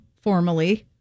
formally